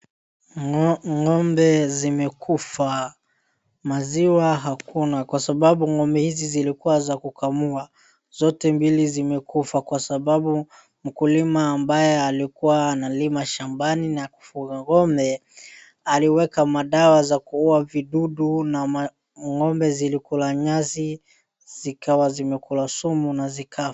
Ng'ombe zimekufa maziwa hakuna, kwa sababu ng'ombe hizi zilikuwa za kukamua zote mbili zilikufa kwa sababu mkulima ambaye alikuwa analima shambani na kufunga ng'ombe . Alieka madawa ya kuua midudu ngombe zilikula nyasi zikawa zimekula sumu na zikafaa.